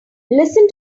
listen